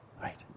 Right